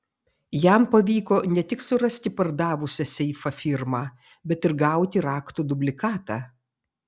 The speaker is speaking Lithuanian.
jam pavyko ne tik surasti pardavusią seifą firmą bet ir gauti raktų dublikatą